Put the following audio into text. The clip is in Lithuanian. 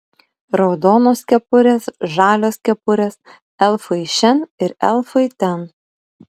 raudonos kepurės žalios kepurės elfai šen ir elfai ten